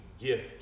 gift